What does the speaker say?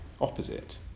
opposite